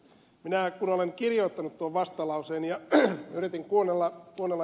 minä kun olen kirjoittanut tuon vastalauseen ja yritin kuunnella ed